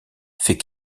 fait